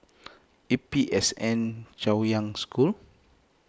A P S N Chaoyang School